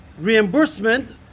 reimbursement